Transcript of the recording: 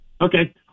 Okay